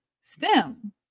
STEM